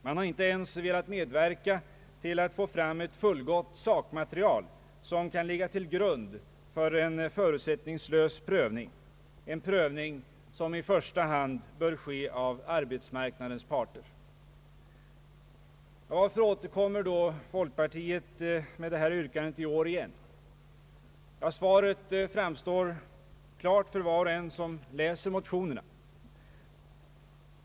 Man har inte ens velat medverka till att få fram ett fullgott sakmaterial som kan ligga till grund vid en förutsättningslös prövning, som i första hand bör göras av arbetsmarknadens parter. Varför återkommer då folkpartiet med detta yrkande i år igen? Ja, svaret framstår klart för var och en som läser motionerna.